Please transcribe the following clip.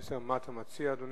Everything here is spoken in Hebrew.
מה אתה מציע, אדוני?